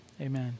Amen